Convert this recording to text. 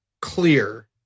clear